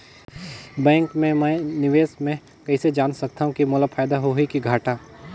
Bank मे मैं निवेश मे कइसे जान सकथव कि मोला फायदा होही कि घाटा?